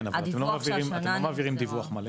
כן אבל אתם לא מעבירים דיווח מלא.